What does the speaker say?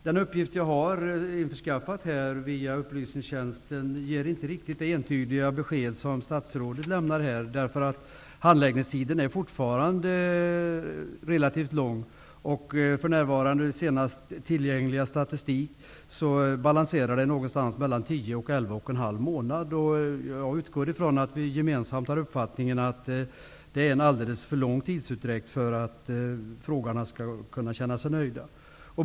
Den uppgift jag har införskaffat via utredningstjänsten ger dock inte det entydiga besked som statsrådet lämnar här, därför att handläggningstiden är fortfarande relativt lång -- enligt senast tillgängliga statistik balanserar den för närvarande mellan tio och elva och en halv månad. Jag utgår från att att vi båda har uppfattningen att det är en alldeles för lång tidsutdräkt för att frågeställarna skall kunna känna sig nöjda.